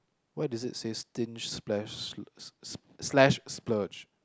why does it say stinge splash s~ slash splurge